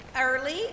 early